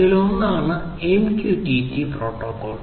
അതിലൊന്നാണ് MQTT protocol